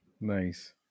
Nice